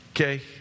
Okay